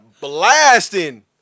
blasting